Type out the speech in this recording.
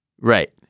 Right